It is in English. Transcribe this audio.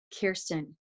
Kirsten